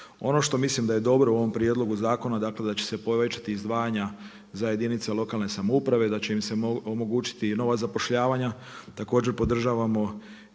Ono što mislim da je dobro u ovom prijedlogu zakonu da će se povećati izdvajanja za jedinice lokalne samouprave, da će im se omogućiti nova zapošljavanja, također podržavamo i promjene